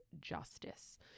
justice